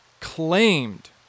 claimed